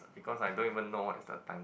because I don't even know what is the time